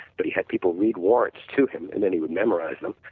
but he had people read warrants to him and then he would memorize them,